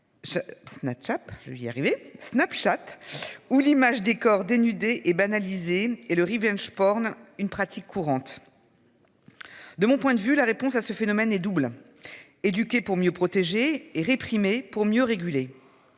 Snapchat ou l'image des corps dénudés et banalisé et le Revenge porn, une pratique courante. De mon point de vue la réponse à ce phénomène est double. Éduquer pour mieux protéger et réprimer pour mieux réguler.